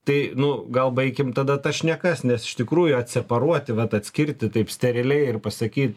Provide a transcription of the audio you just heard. tai nu gal baikim tada tas šnekas nes iš tikrųjų atseparuoti vat atskirti taip steriliai ir pasakyt